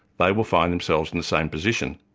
they will find themselves in the same position.